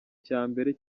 cyambere